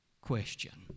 Question